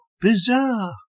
bizarre